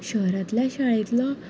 शहरांतल्या शाळेंतलो